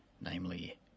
namely